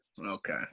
Okay